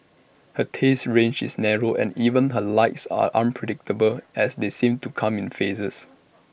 her taste range is narrow and even her likes are unpredictable as they seem to come in phases